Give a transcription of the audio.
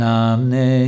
Namne